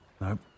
Nope